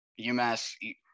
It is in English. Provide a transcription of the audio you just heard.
UMass